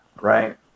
right